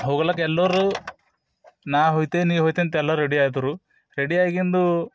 ಹೋಗ್ಲಿಕ್ಕ ಎಲ್ಲರೂ ನಾ ಹೊಯ್ತೆ ನೀ ಹೊಯ್ತೆ ಅಂತ ಎಲ್ಲ ರೆಡಿ ಆದರು ರೆಡಿ ಆಗಿದ್ದು